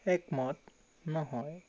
একমত নহয়